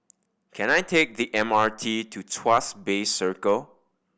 can I take the M R T to Tuas Bay Circle